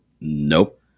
Nope